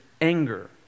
anger